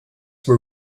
were